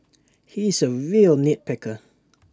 he is A real nit picker